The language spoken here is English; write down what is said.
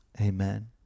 Amen